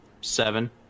seven